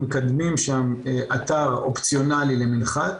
מקדמים שם אתר אופציונלי למנחת.